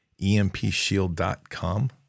empshield.com